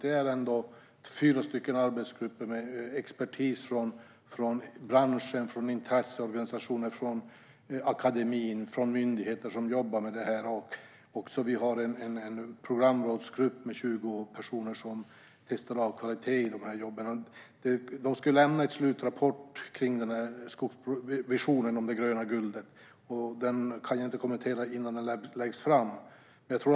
Det är fyra arbetsgrupper med expertis från branschen, intresseorganisationer, akademin och myndigheter som jobbar med detta. Vi har en programrådsgrupp med 20 personer som testar kvaliteten i de här jobben. De ska lämna en slutrapport kring visionen med det gröna guldet. Den kan jag inte kommentera innan den läggs fram.